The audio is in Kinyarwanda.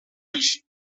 bwinshi